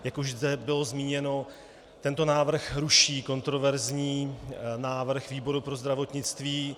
Jak už tady bylo zmíněno, tento návrh ruší kontroverzní návrh výboru pro zdravotnictví.